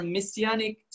Messianic